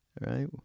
right